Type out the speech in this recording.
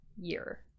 year